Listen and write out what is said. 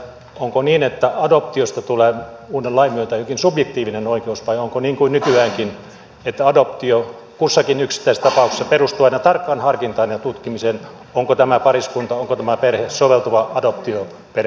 onko niin että adoptiosta tulee uuden lain myötä jokin subjektiivinen oikeus vai onko niin kuin nykyäänkin että adoptio kussakin yksittäisessä tapauksessa perustuu aina tarkkaan harkintaan ja tutkimiseen onko tämä pariskunta onko tämä perhe soveltuva adoptioperheeksi